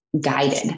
guided